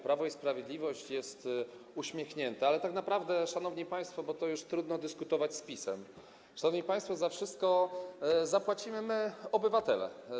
Prawo i Sprawiedliwość jest uśmiechnięte, ale tak naprawdę, szanowni państwo - bo to już trudno dyskutować z PiS-em - za wszystko zapłacimy my, obywatele.